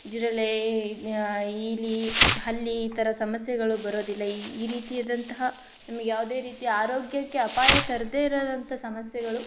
ಜಿರಳೆ ಇಲಿ ಹಲ್ಲಿ ಈ ಥರ ಸಮಸ್ಯೆಗಳು ಬರೋದಿಲ್ಲ ಈ ರೀತಿಯಾದಂತಹ ನಮಗೆ ಯಾವುದೇ ರೀತಿ ಆರೋಗ್ಯಕ್ಕೆ ಅಪಾಯ ತರದೇ ಇರೋವಂಥ ಸಮಸ್ಯೆಗಳು